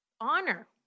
honor